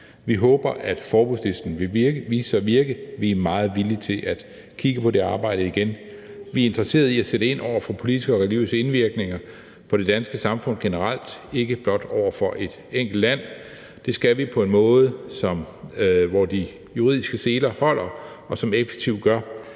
Vi håber, at forbudslisten vil vise sig at virke. Vi er meget villige til at kigge på det arbejde igen. Vi er interesserede i at sætte ind over for politiske og religiøse indvirkninger på det danske samfund generelt, ikke blot over for et enkelt land. Det skal vi på en måde, hvor de juridiske seler holder, og som effektivt gør